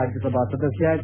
ರಾಜಸಭಾ ಸದಸ್ಯ ಕೆ